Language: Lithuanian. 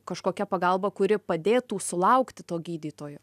kažkokia pagalba kuri padėtų sulaukti to gydytojo